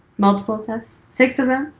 multiple tests, six of them,